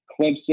Clemson